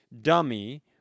dummy